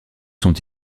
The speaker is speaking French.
sont